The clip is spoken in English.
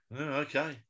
Okay